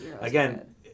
again